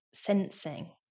Sensing